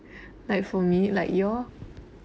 like for me like you all